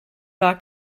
war